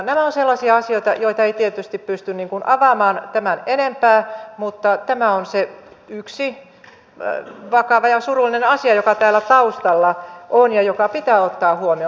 nämä ovat sellaisia asioita joita ei tietysti pysty avaamaan tämän enempää mutta tämä on se yksi vakava ja surullinen asia joka täällä taustalla on ja joka pitää ottaa huomioon